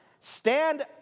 Stand